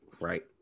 right